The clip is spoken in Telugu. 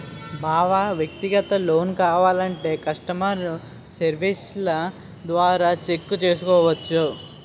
బావా వ్యక్తిగత లోన్ కావాలంటే కష్టమర్ సెర్వీస్ల ద్వారా చెక్ చేసుకోవచ్చు